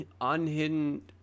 unhidden